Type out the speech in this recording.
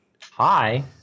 hi